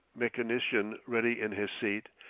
mechanician ready in his seat,